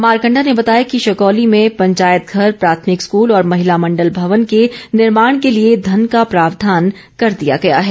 मारकंडा ने बताया कि शकौली में पंचायत घर प्राथमिक स्कूल और महिला मंडल भवन के निर्माण के लिए धन का प्रावधान कर दिया गया है